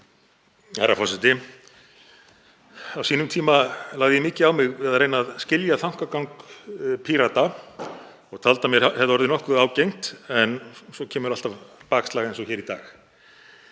Herra forseti. Á sínum tíma lagði ég mikið á mig við að reyna að skilja þankagang Pírata og taldi að mér hefði orðið nokkuð ágengt. Svo kemur alltaf bakslag eins og hér í dag.